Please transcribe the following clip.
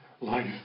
life